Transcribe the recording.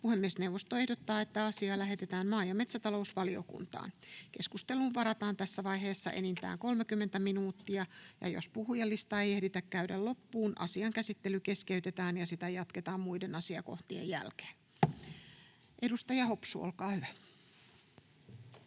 Puhemiesneuvosto ehdottaa, että asia lähetetään maa- ja metsätalousvaliokuntaan. Keskusteluun varataan tässä vaiheessa enintään 30 minuuttia. Jos puhujalistaa ei ehditä käydä tässä ajassa loppuun, asian käsittely keskeytetään ja sitä jatketaan muiden asiakohtien jälkeen. — Ensimmäisen